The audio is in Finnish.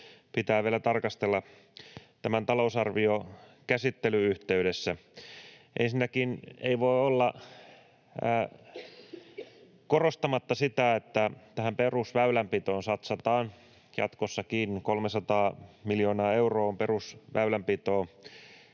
pitää vielä tarkastella tämän talousarviokäsittelyn yhteydessä. Ensinnäkään ei voi olla korostamatta sitä, että tähän perusväylänpitoon satsataan jatkossakin. 300 miljoonaa euroa on perusväylänpitoon